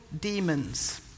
demons